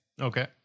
Okay